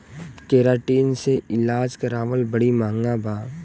keratin से इलाज करावल बड़ी महँगा बा